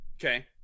okay